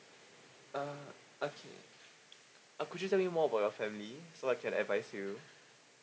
uh okay uh could you tell me more about your family so I can advise you